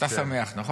אתה שמח, נכון?